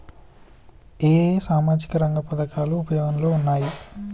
ఏ ఏ సామాజిక రంగ పథకాలు ఉపయోగంలో ఉన్నాయి?